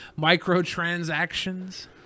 Microtransactions